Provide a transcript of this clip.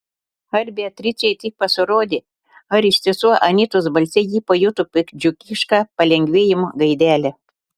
ar beatričei tik pasirodė ar iš tiesų anytos balse ji pajuto piktdžiugišką palengvėjimo gaidelę